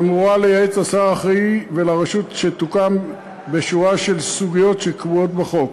שאמורה לייעץ לשר האחראי ולרשות שתוקם בשורה של סוגיות שקבועות בחוק,